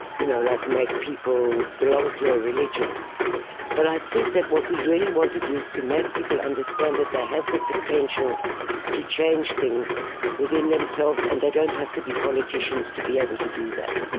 you know, like make people belong to a religion but i think that what we really want to do is to make people understand that they have the potential to change things within themselves, and they don't have to be politicians to be able to do that.